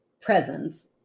Presence